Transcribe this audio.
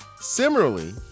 Similarly